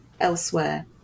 elsewhere